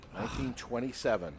1927